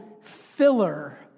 filler